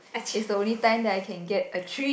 is the only time that I can get a treat